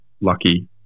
lucky